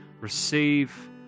receive